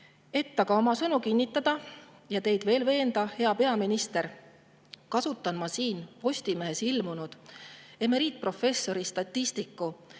Et oma sõnu kinnitada ja teid veel veenda, hea peaminister, kasutan ma Postimehes ilmunud emeriitprofessori, statistiku